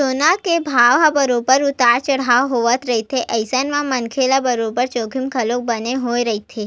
सोना के भाव ह बरोबर उतार चड़हाव होवत रहिथे अइसन म मनखे ल बरोबर जोखिम घलो बने होय रहिथे